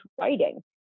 writing